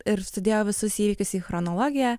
ir sudėjo visus įvykius į chronologiją